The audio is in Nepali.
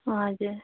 हजुर